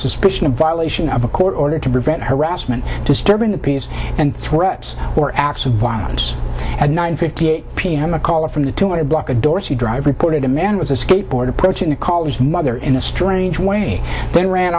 suspicion of violation of a court order to prevent harassment disturbing the peace and threats or acts of violence at nine fifty eight pm a caller from the two hundred block of dorsey drive reported a man with a skateboard approaching the caller's mother in a strange way they ran